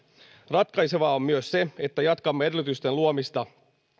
ratkaisevaa on myös se että jatkamme edellytysten luomista